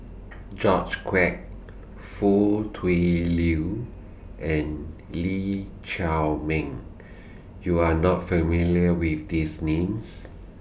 George Quek Foo Tui Liew and Lee Chiaw Meng YOU Are not familiar with These Names